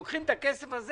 לוקחים את הכסף הזה